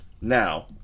Now